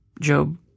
Job